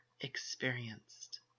experienced